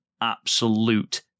absolute